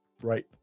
right